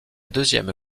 deuxième